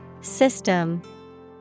System